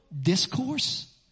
discourse